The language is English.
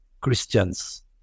christians